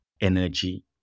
energy